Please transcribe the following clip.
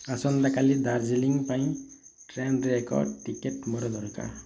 ଆସନ୍ତାକାଲି ଦାର୍ଜିଲିଂ ପାଇଁ ଟ୍ରେନରେ ଏକ ଟିକେଟ୍ ମୋର ଦରକାର